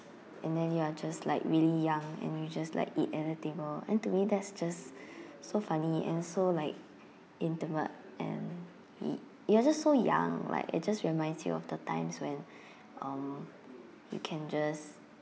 and then you are just like really young and you just like eat anything lor and to me that's just so funny and so like intimate and it it was just so young like it just reminds you of the times when uh you can just